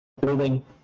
building